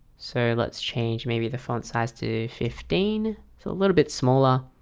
so let's change maybe the font size to fifteen. so a little bit smaller.